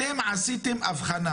אתם עשיתם הבחנה